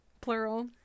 Plural